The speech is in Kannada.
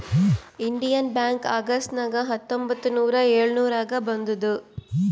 ಇಂಡಿಯನ್ ಬ್ಯಾಂಕ್ ಅಗಸ್ಟ್ ನಾಗ್ ಹತ್ತೊಂಬತ್ತ್ ನೂರಾ ಎಳುರ್ನಾಗ್ ಬಂದುದ್